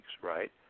right